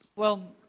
well,